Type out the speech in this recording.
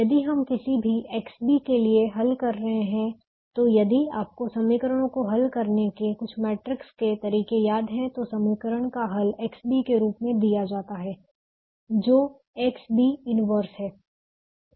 यदि हम किसी भी XB के लिए हल कर रहे हैं तो यदि आपको समीकरणों को हल करने के कुछ मैट्रिक्स के तरीके याद हैं तो समीकरणों का हल XB के रूप में दिया जाता है जो AB 1 है